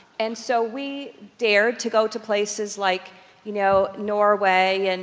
and so we dared to go to places like you know norway, and